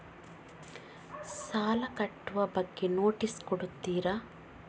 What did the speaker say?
ಸಾಲ ಕಟ್ಟುವ ಬಗ್ಗೆ ನೋಟಿಸ್ ಕೊಡುತ್ತೀರ?